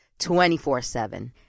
24-7